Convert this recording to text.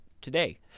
today